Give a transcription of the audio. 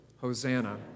Hosanna